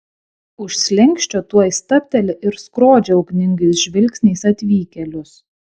už slenksčio tuoj stabteli ir skrodžia ugningais žvilgsniais atvykėlius